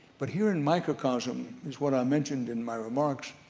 but here in microcosm is what i mentioned in my remarks,